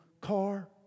car